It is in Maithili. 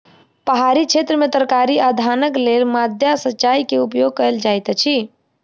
पहाड़ी क्षेत्र में तरकारी आ धानक लेल माद्दा सिचाई के उपयोग कयल जाइत अछि